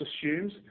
assumes